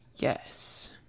Yes